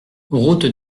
route